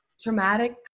traumatic